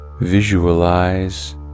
Visualize